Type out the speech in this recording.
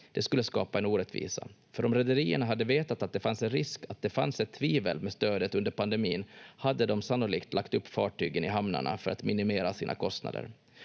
Det skulle skapa en orättvisa, för om rederierna hade vetat att det fanns en risk att det fanns ett tvivel med stödet under pandemin, hade de sannolikt lagt upp fartygen i hamnarna för att minimera sina kostnader.